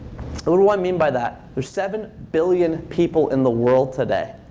but what do i mean by that? there are seven billion people in the world today.